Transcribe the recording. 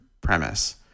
premise